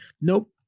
Nope